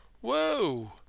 Whoa